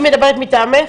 היא מדברת מטעמך?